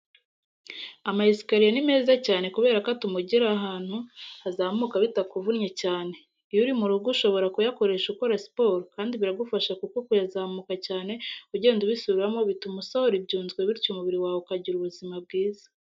Ama esikariye ni meza cyane kubera ko atuma ugera ahantu hazamuka bitakuvunnye cyane. Iyo uri mu rugo ushobora kuyakoresha ukora siporo kandi biragufasha kuko kuyazamuka cyane ugenda ubisubiramo bituma usohora ibyunzwe bityo umubiri wawe ukagira ubuzima bwiza.